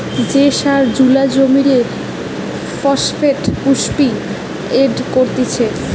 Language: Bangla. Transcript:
যে সার জুলা জমিরে ফসফেট পুষ্টি এড করতিছে